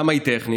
למה היא טכנית?